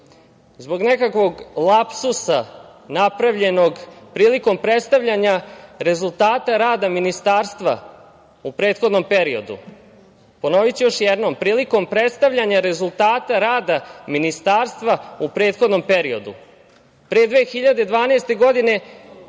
zbog nekakvog lapsusa napravljenog prilikom predstavljanja rezultata rada Ministarstva u prethodnom periodu. Ponoviću još jednom - prilikom predstavljanja rezultata rada Ministarstva u prethodnom periodu. Pre 2012. godine